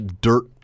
dirt